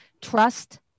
trust